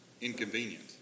inconvenient